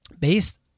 based